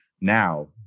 Now